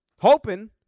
Hoping